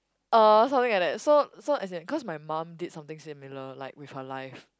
uh something like that so so as in cause my mum did something similar like with her life